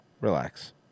Relax